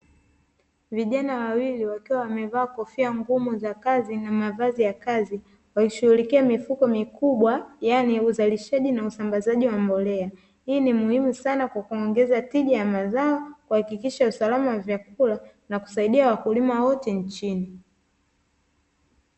Vijana wawili wakiwa wamevaa kofia ngumu za kazi na mavazi ya kazi, wakishughulikia mifuko mikubwa yani uzalishaji na usambazaji wa mbolea. Hii ni muhimu sana kwa kuongeza tija ya mazao, kuhakikisha usalama wa vyakula na kusaidia wakulima wote nchini.